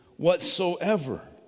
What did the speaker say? Whatsoever